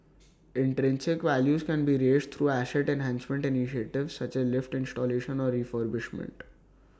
intrinsic values can be raised through asset enhancement initiatives such as lift installation or refurbishment